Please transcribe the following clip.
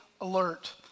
alert